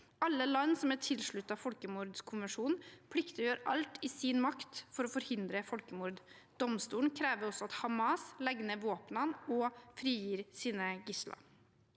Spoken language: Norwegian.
Alle land som er tilsluttet folkemordkonvensjonen, plikter å gjøre alt i sin makt for å forhindre folkemord. Domstolen krever også at Hamas legger ned våpnene og frigir gislene.